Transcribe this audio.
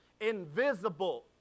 invisible